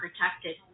protected